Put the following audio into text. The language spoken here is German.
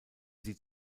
sie